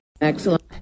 Excellent